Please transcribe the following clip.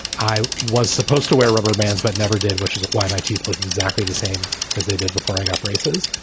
i was supposed to wear rubber bands, but never did, which is why my teeth look exactly the same as they did before i got braces.